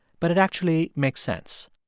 but it actually makes sense.